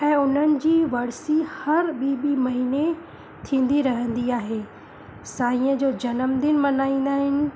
ऐं उन्हनि जी वर्सी हर ॿी ॿी महिने थींदी रहंदी आहे साईअ जो जन्मदिन मनाईंदा आहिनि